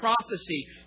prophecy